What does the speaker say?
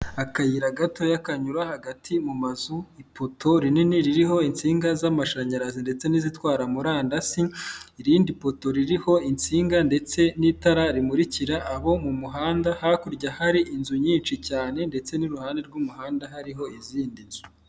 Akayira gatoya kanyura hagati mu mazu, ipoto rinini ririho insinga z'amashanyarazi ndetse n'izitwara murandasi, irindi poto ririho insinga ndetse n'itara rimurikira abo mu muhanda, hakurya hari inzu nyinshi cyane ndetse n'iruhande rw'umuhanda hariho izindi nzu.